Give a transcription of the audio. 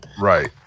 Right